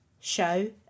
show